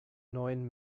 neuen